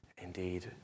indeed